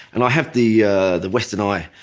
and i have the ah the western eye.